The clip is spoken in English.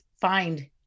find